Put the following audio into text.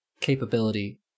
capability